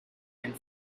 and